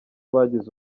bagize